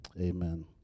Amen